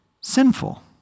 sinful